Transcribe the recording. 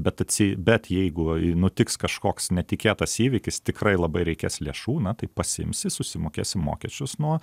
bet atsi bet jeigu nutiks kažkoks netikėtas įvykis tikrai labai reikės lėšų na tai pasiimsi susimokėsi mokesčius nuo